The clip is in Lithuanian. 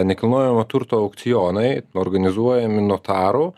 nekilnojamo turto aukcionai organizuojami notarų